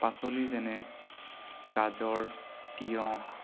পাচলি যেনে গাজৰ তিয়ঁহ